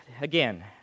again